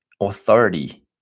authority